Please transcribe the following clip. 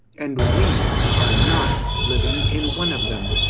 and we are not living in one of them.